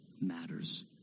matters